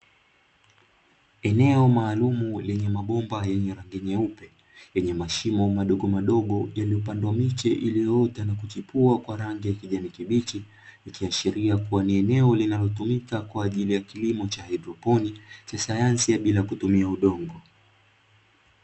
Eneo maalumu lenye mabomba yenye rangi nyeupe, lenye mashimo madogomadogo yaliyopandwa miche iliyoota na kuchipua kwa rangi ya kijani kibichi. Ikiashiria kuwa ni eneo linalotumika kwa ajili ya kilimo cha haidroponi cha sayansi bila kutumia udongo.